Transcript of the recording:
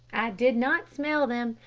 did not smell them.